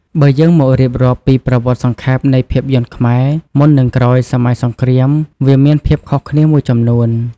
បើយើងមករៀបរាប់ពីប្រវត្តិសង្ខេបនៃភាពយន្តខ្មែរ មុននិងក្រោយសម័យសង្គ្រាម វាមានភាពខុសគ្នាមួយចំនួន។